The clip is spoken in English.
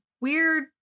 weird